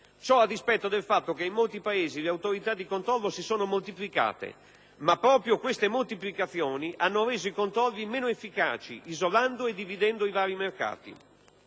Ciò a dispetto del fatto che in molti Paesi le autorità di controllo si sono moltiplicate, ma proprio queste moltiplicazioni hanno reso i controlli meno efficaci, isolando e dividendo i vari mercati;